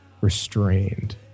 restrained